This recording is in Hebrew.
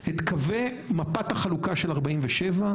את קווי מפת החלוקה של 1947,